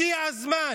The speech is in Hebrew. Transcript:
הגיע הזמן